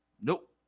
Nope